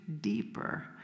deeper